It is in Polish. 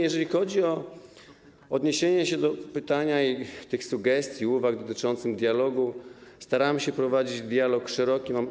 Jeżeli chodzi o odniesienie się do pytania i tych sugestii, uwag dotyczących dialogu, to staramy się prowadzić szeroki dialog.